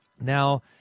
Now